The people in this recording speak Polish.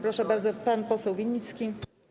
Proszę bardzo, pan poseł Winnicki.